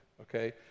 okay